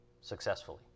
successfully